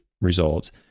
results